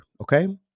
Okay